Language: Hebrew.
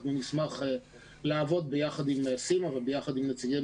אנחנו נשמח לעבוד ביחד עם סימה וביחד עם נציגים